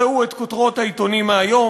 ראו את כותרות העיתונים מהיום,